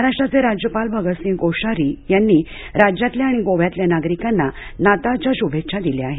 महाराष्ट्राचे राज्यपाल भगतसिंह कोश्यारी यांनी राज्यातल्या आणि गोव्यातल्या नागरिकांना नाताळच्या शुभेच्छा दिल्या आहेत